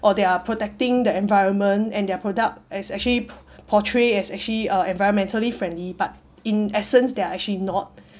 or they are protecting the environment and their product is actually portray as actually uh environmentally friendly but in essence they are actually not